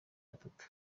batatu